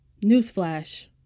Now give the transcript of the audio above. Newsflash